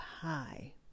high